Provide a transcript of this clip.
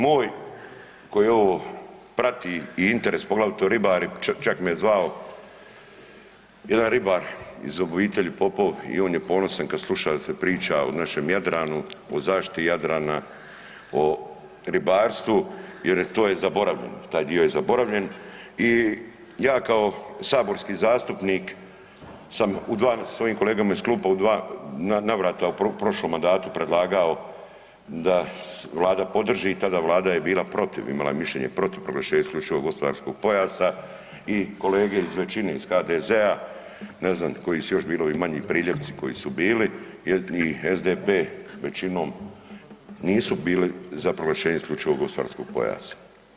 Narode moj koji ovo prati i interes, poglavito ribari, čak me zvao jedan ribar iz obitelji Popov, i on je ponosan kad sluša da se priča o našem Jadranu, o zaštiti Jadrana, o ribarstvu jer to je zaboravljeno, taj dio je zaboravljen, i ja kao saborski zastupnik sam u dva, sa svojim kolegama iz klupa, u dva navrata u prošlom mandatu predlagao da Vlada podrži tada, Vlada je protiv, imala je mišljenje protiv proglašenja isključivog gospodarskog pojasa i kolege iz većine, iz HDZ-a, ne znam koji su još bili ovi manji, priljepci koji su bili i SDP većinom, nisu bili za proglašenje isključivog gospodarskog pojasa.